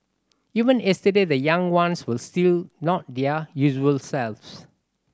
even yesterday the young ones were still not their usual selves